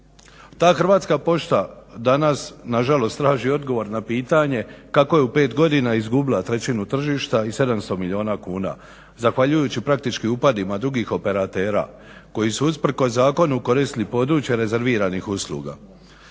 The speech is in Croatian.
Ta Hrvatska pošta danas na žalost traži odgovor na pitanje kako je u pet godina izgubila trećinu tržišta i 700 milijuna kuna zahvaljujući praktički upadima drugih operatera koji su usprkos zakonu koristili područje rezerviranih usluga.